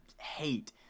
hate